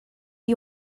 you